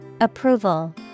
Approval